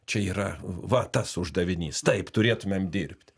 čia yra va tas uždavinys taip turėtumėm dirbt